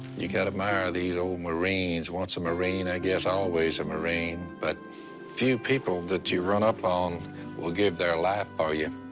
you gotta admire these old marines. once a marine, i guess um always a marine. but few people that you run up on will give their life for you.